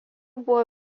buvo